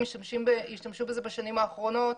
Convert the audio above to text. השתמשו בזה בשנים האחרונות,